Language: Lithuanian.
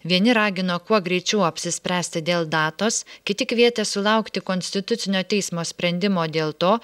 vieni ragino kuo greičiau apsispręsti dėl datos kiti kvietė sulaukti konstitucinio teismo sprendimo dėl to